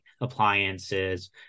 appliances